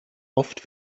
oft